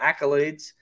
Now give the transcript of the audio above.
accolades